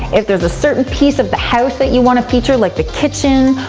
if there's a certain piece of the house that you wanna feature, like the kitchen,